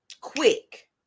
quick